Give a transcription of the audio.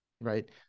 Right